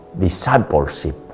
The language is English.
discipleship